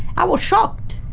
i was shocked.